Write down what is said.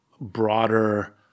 broader